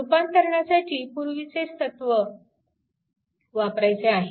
रूपांतरणासाठी पूर्वीचेच तत्व वापरायचे आहे